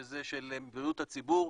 שזה של בריאות הציבור,